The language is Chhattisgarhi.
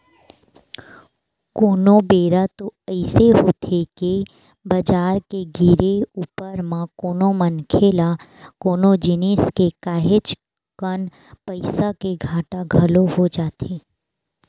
कोनो बेरा तो अइसे होथे के बजार के गिरे ऊपर म कोनो मनखे ल कोनो जिनिस के काहेच कन पइसा के घाटा घलो हो जाथे